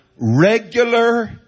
regular